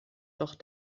doch